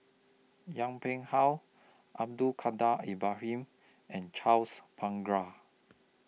Yong Pung How Abdul Kadir Ibrahim and Charles Paglar